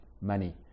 money